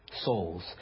souls